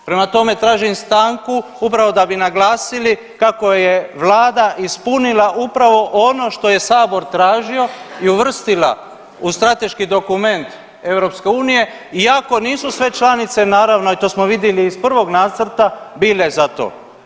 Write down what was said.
Prema tome, tražim stanku upravo da bi naglasili kako je vlada ispunila upravo ono što je sabor tražio i uvrstila u strateški dokument EU iako nisu sve članice naravno i to smo vidjeli iz prvog nacrta bile za to.